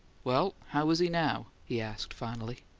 well, how is he now? he asked, finally.